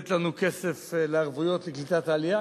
לתת לנו כסף לערבויות לקליטת העלייה.